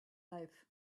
life